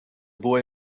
boy